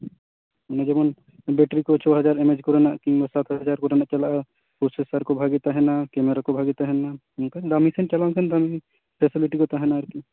ᱚᱱᱮ ᱡᱮᱢᱚᱱ ᱵᱮᱴᱨᱤ ᱠᱚ ᱪᱷᱚᱭ ᱦᱟᱡᱟᱨ ᱤᱢᱮᱡᱽ ᱠᱚ ᱨᱮᱱᱟ ᱠᱤᱢᱵᱟ ᱥᱟᱛ ᱦᱟᱡᱟᱨ ᱠᱚᱨᱮᱱᱟ ᱪᱟᱞᱟᱜᱼᱟ ᱯᱚᱥᱮᱥᱟᱨ ᱠᱚ ᱵᱷᱟᱜᱮ ᱛᱟᱦᱮᱱᱟ ᱠᱮᱢᱮᱨᱟ ᱠᱚ ᱵᱷᱟᱜᱮ ᱛᱟᱦᱮᱱᱟ ᱚᱱᱠᱟ ᱫᱟᱢᱤ ᱥᱮᱱ ᱪᱟᱞᱟᱣ ᱞᱮᱱᱠᱷᱟᱱ ᱯᱷᱮᱥᱤᱞᱤᱴᱤ ᱠᱚ ᱛᱟᱦᱮᱱᱟ ᱟᱨᱠᱤ